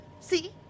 See